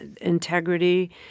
integrity